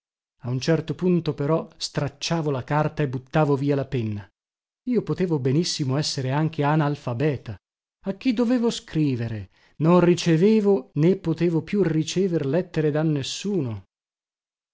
a un certo punto però stracciavo la carta e buttavo via la penna io potevo benissimo essere anche analfabeta a chi dovevo scrivere non ricevevo né potevo più ricever lettere da nessuno